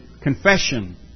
confession